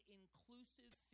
inclusive